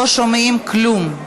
לא שומעים כלום.